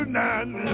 none